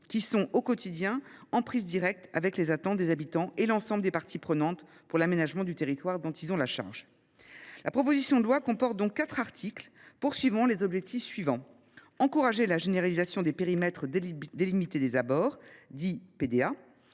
qui gèrent quotidiennement et directement les attentes des habitants et de l’ensemble des parties prenantes à l’aménagement du territoire dont ils ont la charge. La proposition de loi comporte quatre articles dont les objectifs sont les suivants : encourager la généralisation des périmètres délimités des abords ; assurer